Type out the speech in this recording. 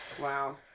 Wow